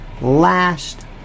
last